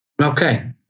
Okay